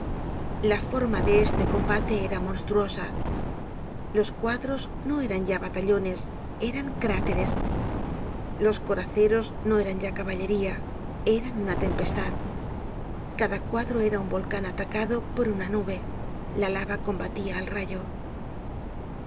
la forma de este combate era monstruosa los cuadros no eran ya batallones eran cráteres los coraceros no eran ya caballería eran una tempestad cada cuadro era un volcan atacado por una nube la lava combatia al rayo